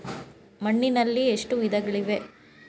ಮಣ್ಣಿನಲ್ಲಿ ಎಷ್ಟು ವಿಧಗಳಿವೆ?